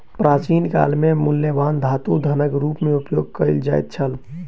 प्राचीन काल में मूल्यवान धातु धनक रूप में उपयोग कयल जाइत छल